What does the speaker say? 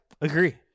Agree